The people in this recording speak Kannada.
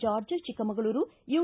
George Chikkamagaluru you